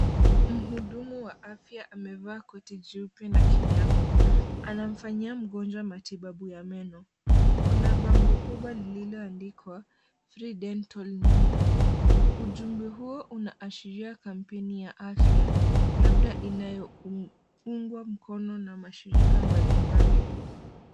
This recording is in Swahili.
Mhudumu wa aftya amevaa koti nyeupe na kinyago, anafanyia mgonjwa matibabu ya meno. Kuna bango kubwa lililoandikwa FREE DENTAL nyuma. Ujumbe huo unaashiria kampeni ya afya, labda inayoungwa mkono na mashirika mbalimbali.